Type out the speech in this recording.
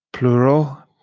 Plural